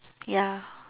ya